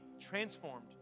transformed